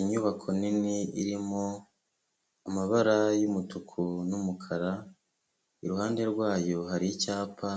Inyubako nini irimo amabara y'umutuku n'umukara, iruhande rwayo hari icyapa